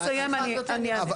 תתנו לי לסיים, אני אענה.